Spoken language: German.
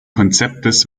konzeptes